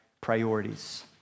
priorities